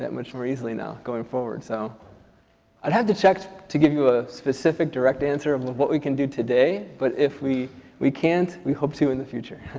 much more easily now going forward. so i have to check to to give you a specific direct answer of what we can do today. but if we we can't, we hope to in the future.